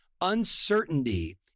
Uncertainty